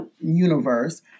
universe